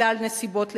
אלא על נסיבות לידתה.